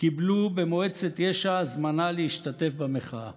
קיבלו במועצת יש"ע הזמנה להשתתף במחאה.